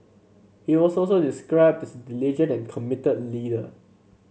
he was also described this diligent and committed leader